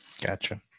gotcha